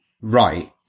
right